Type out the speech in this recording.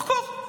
לחקור.